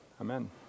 Amen